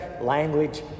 language